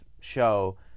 show